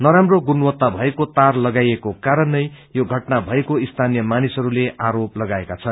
नराम्रो गुणवत्ता भएका तार लगाइएको कारण नै यो घटना भएको स्थानीय मानिसहरूले आरोप लगाएका छन्